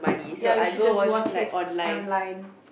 ya we should just watch it online